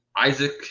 Isaac